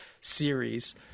series